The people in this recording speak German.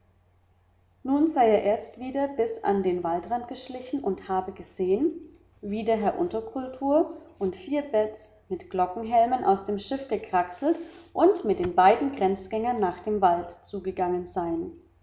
nun sei er erst wieder bis an den waldrand geschlichen und habe gesehen wie der herr unterkultor und vier beds mit glockenhelmen aus dem schiff gekraxelt und mit den beiden grenzjägern nach dem wald zu gegangen seien